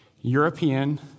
European